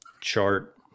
chart